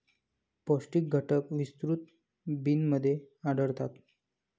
पौष्टिक घटक विस्तृत बिनमध्ये आढळतात